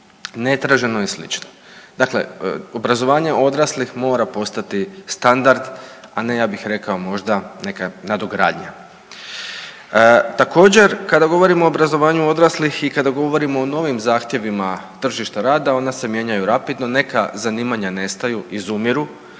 ne traženo i slično. Dakle, obrazovanje odraslih mora postati standard, a ne ja bih rekao možda neka nadogradnja. Također kada govorimo o obrazovanju odraslih i kada govorimo o novim zahtjevima tržišta rada ona se mijenjaju rapidno. Neka zanimanja nestaju, izumiru